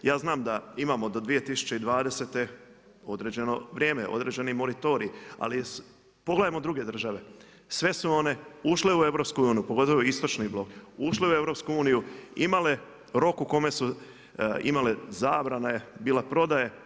Ja znam da imamo do 2020. određeno vrijeme, određeni moratorij ali pogledajmo druge države, sve su one ušle u EU, pogotovo istočni blok, ušle u EU, imale rok u kome su imale zabrane, bilo prodaje.